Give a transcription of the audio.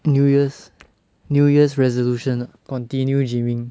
new years new year's resolution continue gymming